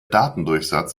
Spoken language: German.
datendurchsatz